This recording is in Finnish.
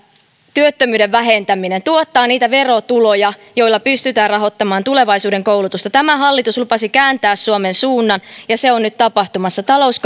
työttömyyden vähentäminen tuottavat niitä verotuloja joilla pystytään rahoittamaan tulevaisuuden koulutusta tämä hallitus lupasi kääntää suomen suunnan ja se on nyt tapahtumassa talous